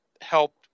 helped